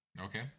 Okay